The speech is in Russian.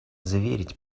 заверить